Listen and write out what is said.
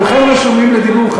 כולכם רשומים לדיבור,